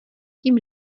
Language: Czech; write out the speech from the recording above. tím